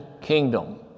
kingdom